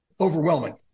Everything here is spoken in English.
overwhelming